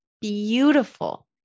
beautiful